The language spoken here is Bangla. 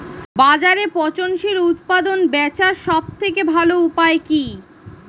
বাজারে পচনশীল উৎপাদন বেচার সবথেকে ভালো উপায় কি?